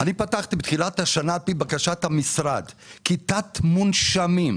אני פתחתי בתחילת השנה על פי בקשת המשרד כיתת מונשמים.